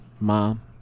Mom